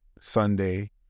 Sunday